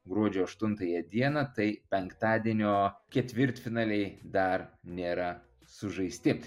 gruodžio aštuntąją dieną tai penktadienio ketvirtfinaliai dar nėra sužaisti